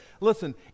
Listen